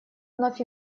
вновь